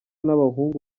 n’abahungu